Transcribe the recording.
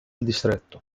distretto